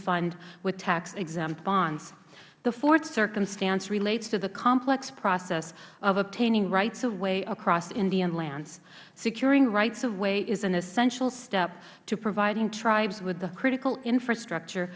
fund with taxexempt bonds the fourth circumstance relates to the complex process of obtaining rights of way across indian lands securing rights of way is an essential step to providing tribes with the critical infrastructure